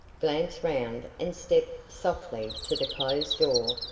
glanced round and stepped softly to the closed door,